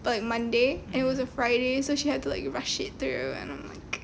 by monday and it was a friday so she had to like to rush it through and I'm like